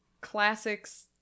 classics